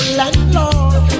landlord